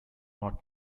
not